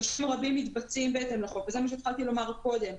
תשלומים רבים מתבצעים בהתאם לחוק ופה בדיון אנחנו